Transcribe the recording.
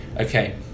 okay